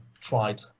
tried